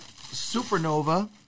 Supernova